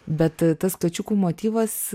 bet tas kačiukų motyvas